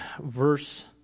verse